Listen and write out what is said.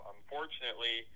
Unfortunately